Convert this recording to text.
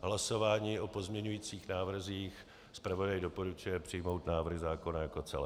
hlasování o pozměňujících návrzích zpravodaj doporučuje přijmout návrh zákona jako celek.